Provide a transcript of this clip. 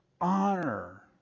honor